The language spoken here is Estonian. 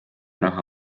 raha